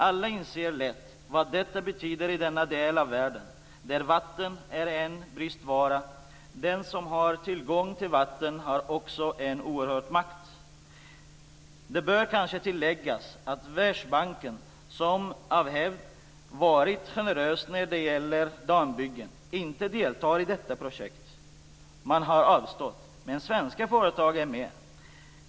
Alla inser lätt vad detta betyder i denna del av världen, där vatten är en bristvara. Den som har tillgång till vatten har också en oerhörd makt. Det bör kanske tilläggas att Världsbanken, som av hävd varit generös när det gäller dammbyggen, inte deltar i detta projekt. Man har avstått. Men svenska företag är med.